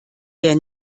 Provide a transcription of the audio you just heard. der